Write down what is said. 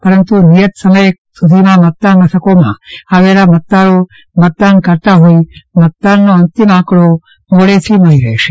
પરંતુ નિયત સમય સુધીમાં મતદાન મથકોમાં આવેલ મતદારો મતદાન કરતા હોઈ મતદાનનો અંતિમ આંકડો મોડેથી જાણી શકાશે